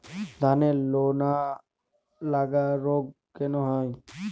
ধানের লোনা লাগা রোগ কেন হয়?